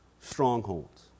strongholds